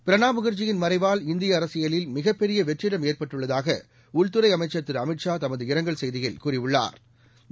பிரணாப் முக்ஜயின் மறைவால் இந்திய அரசியலில் மிகப்பெரிய வெற்றிடம் ஏற்பட்டுள்ளதாக உள்துறை அமைச்சா் திரு அமித்ஷா தமது இரங்கல் செய்தியில் கூறியுள்ளாா்